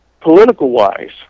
political-wise